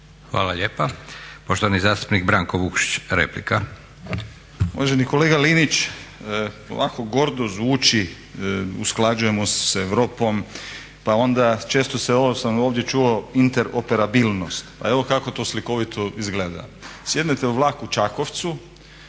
Hvala lijepa. Poštovani zastupnik Branko Vukšić, replika. **Vukšić, Branko (Nezavisni)** Uvaženi kolega Linić ovako gordo zvuči usklađujemo se s Europom pa onda često sam ovdje čuo interoperabilnost. A evo kako to slikovito izgleda. Sjednete u vlak u Čakovcu